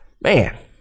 man